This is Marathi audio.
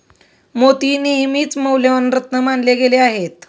मोती नेहमीच मौल्यवान रत्न मानले गेले आहेत